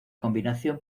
combinación